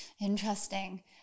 Interesting